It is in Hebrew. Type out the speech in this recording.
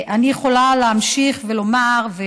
אני יכולה להמשיך ולומר,